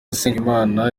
usengimana